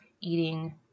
eating